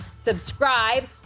Subscribe